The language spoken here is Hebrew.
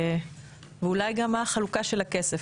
ואולי גם מה החלוקה של הכסף,